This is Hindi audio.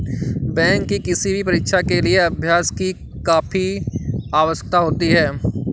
बैंक की किसी भी परीक्षा के लिए अभ्यास की काफी आवश्यकता होती है